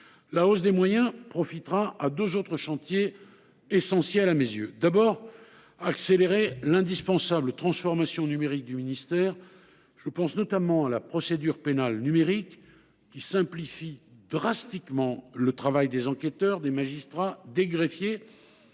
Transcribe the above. La hausse des moyens profitera à deux autres chantiers essentiels à mes yeux. Le premier chantier est l’accélération de l’indispensable transformation numérique du ministère. Je pense notamment à la procédure pénale numérique qui simplifie profondément le travail des enquêteurs, des magistrats, des greffiers